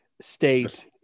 state